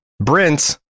Brent